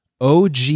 OG